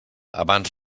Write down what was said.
abans